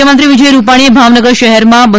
મુખ્યમંત્રી વિજય રૂપાણીએ ભાવનગર શહેરમાં રૂ